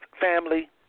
Family